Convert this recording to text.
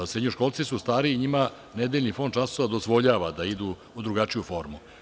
Srednjoškolci su stariji i njima nedeljni fond časova dozvoljava da idu u drugačiju formu.